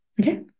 okay